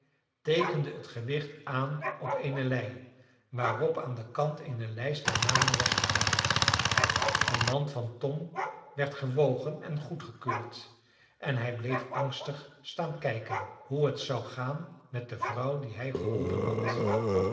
teekende het gewicht aan op eene lei waarop aan den kant eene lijst der namen was geplakt de mand van tom werd gewogen en goedgekeurd en hij bleef angstig staan kijken hoe het zou gaan met de vrouw die hij geholpen had